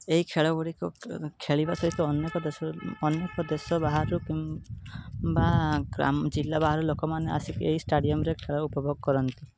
ଏହି ଖେଳ ଗୁଡ଼ିକୁ ଖେଳିବା ସହିତ ଅନେକ ଦେଶ ର ଅନେକ ଦେଶ ବାହାରୁ କିମ ବା ଗ୍ରା ଜିଲ୍ଲା ବାହାରୁ ଲୋକମାନେ ଆସିକି ଏହି ଷ୍ଟାଡ଼ିଅମ୍ରେ ଖେଳ ଉପଭୋଗ କରନ୍ତି